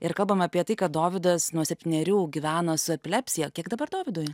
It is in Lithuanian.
ir kalbam apie tai kad dovydas nuo septynerių gyveno su epilepsija kiek dabar dovydui